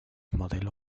modelo